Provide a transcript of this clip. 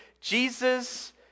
Jesus